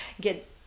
get